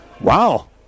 Wow